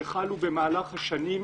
שחלו במהלך השנים,